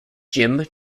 jim